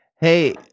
hey